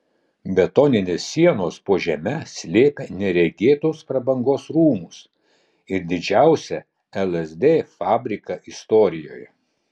betoninės sienos po žeme slėpė neregėtos prabangos rūmus ir didžiausią lsd fabriką istorijoje